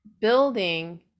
building